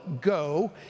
go